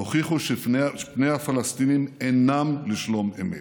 הוכיחו שפני הפלסטינים אינם לשלום אמת.